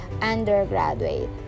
undergraduate